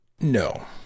No